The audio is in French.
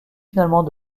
finalement